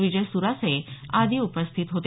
विजय सुरासे आदी उपस्थित होते